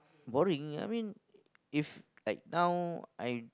boring I mean if like now I